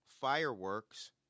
Fireworks